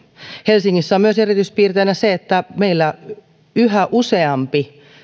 helsingissä on myös erityispiirteenä se että meillä yhä useampi